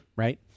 Right